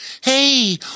Hey